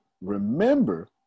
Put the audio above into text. Remember